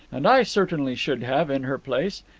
and i certainly should have in her place.